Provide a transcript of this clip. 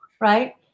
right